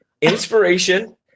inspiration